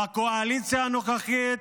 בקואליציה הנוכחית,